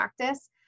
practice